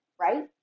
right